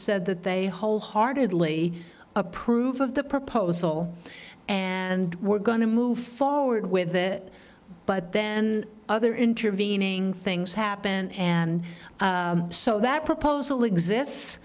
said that they wholeheartedly approve of the proposal and we're going to move forward with it but then other intervening things happen and so that proposal exists